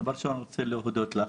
דבר ראשון, אני רוצה להודות לך.